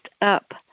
up